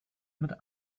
mit